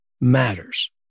matters